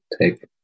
take